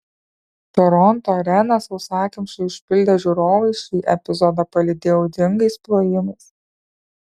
toronto areną sausakimšai užpildę žiūrovai šį epizodą palydėjo audringais plojimais